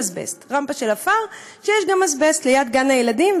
רמפה של עפר שיש שם גם אזבסט ליד גן הילדים,